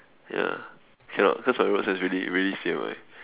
ya cannot cause my road sense really really C_M_I